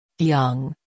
Young